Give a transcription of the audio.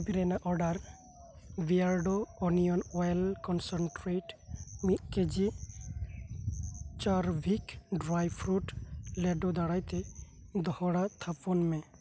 ᱤᱧᱟᱹᱜ ᱫᱩᱨᱤᱵᱽ ᱨᱮᱱᱟᱜ ᱚᱰᱟᱨ ᱵᱤᱭᱟᱨᱰᱳ ᱳᱱᱤᱭᱚᱱ ᱳᱭᱮᱞ ᱠᱚᱱᱥᱟᱱᱴᱮᱨᱮᱴ ᱢᱤᱫ ᱠᱮᱡᱤ ᱪᱟᱨ ᱵᱷᱤᱠ ᱰᱨᱟᱭ ᱯᱷᱩᱨᱩᱴ ᱞᱮᱨᱰᱳ ᱫᱟᱨᱟᱭ ᱛᱮ ᱫᱚᱦᱚᱲᱟ ᱛᱷᱟᱯᱚᱱ ᱢᱮ